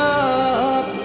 up